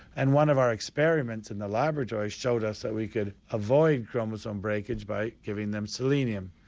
and one of our experiments in the laboratory showed us that we could avoid chromosome breakage by giving them selenium.